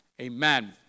Amen